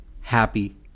happy